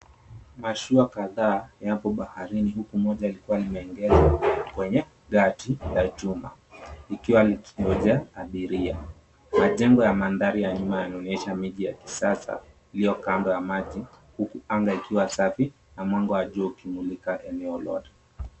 Mashua kadhaa yapo baharini huku moja ilikuwa imeegezwa kwenye gati la chuma ikiwa ikingoja abiria. Majengo ya mandhari ya nyuma yanaonyesha mandhari kisasa iliyo kando ya maji, huku anga ikiwa safi na mambo ya juu ikimulika eneo lote.